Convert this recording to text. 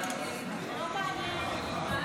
זה לא מעניין אותו.